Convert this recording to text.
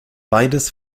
beides